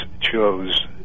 chose